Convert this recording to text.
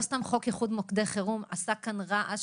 לא סתם חוק איחוד מוקדי חירום עשה רעש,